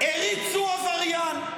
הריצו עבריין.